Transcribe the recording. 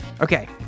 Okay